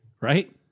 right